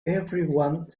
everyone